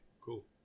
cool